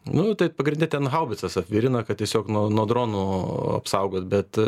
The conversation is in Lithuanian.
nu tai pagrinde ten haubicas apvirina kad tiesiog nuo nuo dronų apsaugot bet